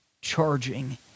charging